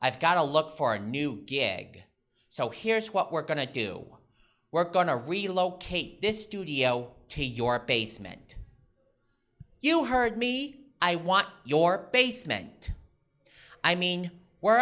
i've got to look for a new gig so here's what we're going to do we're going to relocate this studio to your basement you heard me i want your basement i mean where